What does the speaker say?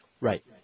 Right